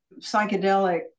psychedelic